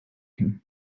him